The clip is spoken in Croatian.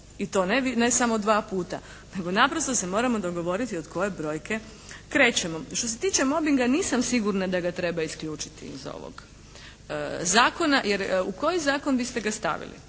i to ne samo dva puta nego naprosto se moramo dogovoriti od koje brojke krećemo. Što se tiče mobinga nisam sigurna da ga treba isključiti iz ovog zakona, jer u koji zakon biste ga stavili.